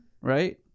right